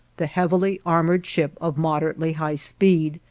the heavily armored ship of moderately high speed,